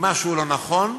אם משהו לא נכון,